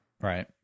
right